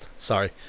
Sorry